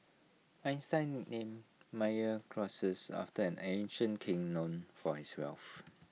Einstein name Meyer Croesus after an ancient king known for his wealth